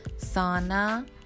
sauna